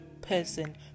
person